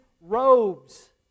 robes